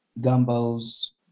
gumbo's